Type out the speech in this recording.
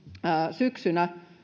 syksynä